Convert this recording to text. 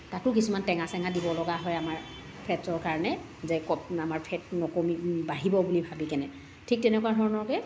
তাতো কিছুমান টেঙা চেঙা দিব লগা হয় আমাৰ ফেটছৰ কাৰণে যে ক আমাৰ ফেট নকমি বাঢ়িব বুলি ভাবিকেনে ঠিক তেনেকুৱা ধৰণকৈ